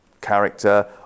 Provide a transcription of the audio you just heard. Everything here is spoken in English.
character